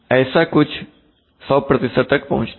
ऐसा कुछ 100 तक पहुंचता है